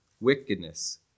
wickedness